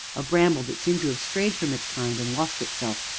a bramble, that seemed to have strayed from its kind and lost itself,